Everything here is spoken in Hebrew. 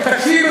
הוא מפחד,